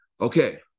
Okay